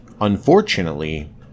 unfortunately